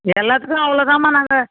எல்லாத்துக்கும் அவ்வளோதாம்மா நாங்கள்